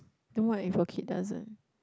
then what if your kid doesn't